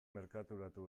merkaturatu